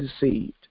deceived